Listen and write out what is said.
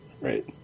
right